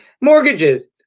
Mortgages